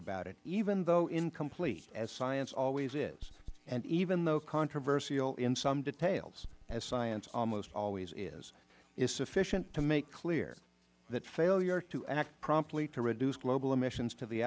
about it even though incomplete as science always is and even though controversial in some details as science almost always is is sufficient to make clear that failure to act promptly to reduce global emissions to the